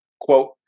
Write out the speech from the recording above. Quote